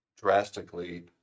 drastically